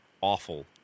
awful